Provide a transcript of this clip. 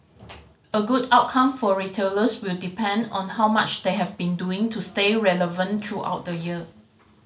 a good outcome for retailers will depend on how much they have been doing to stay relevant throughout the year